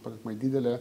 pakankamai didelė